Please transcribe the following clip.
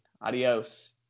Adios